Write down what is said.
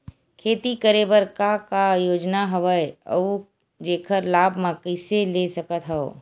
खेती करे बर का का योजना हवय अउ जेखर लाभ मैं कइसे ले सकत हव?